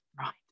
right